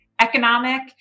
economic